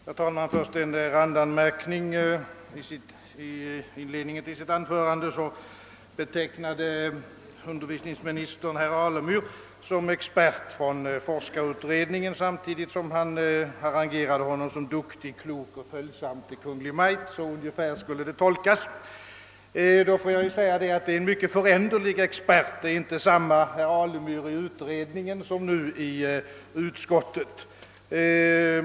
Herr talman! Först en randanmärkning. I inledningen till sitt anförande betecknade utbildningsministern herr Alemyr som expert från forskarutredningen samtidigt som han harangerade honom som duktig, klok och följsam till Kungl. Maj:t — så ungefär skulle det tolkas. Det är emellertid en mycket föränderlig expert — det är inte samme herr Alemyr i utredningen som i utskottet.